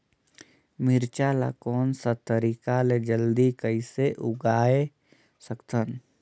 मिरचा ला कोन सा तरीका ले जल्दी कइसे उगाय सकथन?